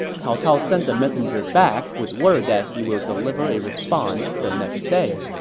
cao cao sent the messenger back with word that he will deliver a response the next day